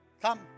Come